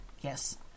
Yes